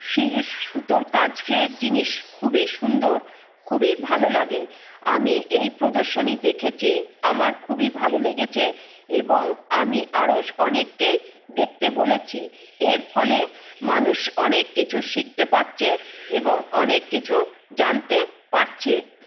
সেই সুতোর কাজের জিনিস খুবই সুন্দর খুবই ভালো লাগে আমি এই প্রদর্শনী দেখেছি আমার খুবই ভালো লেগেছে এবং আমি আরও অনেককেই দেখতে বলেছি এর ফলে মানুষ অনেক কিছু শিখতে পারছে এবং অনেক কিছু জানতে পারছে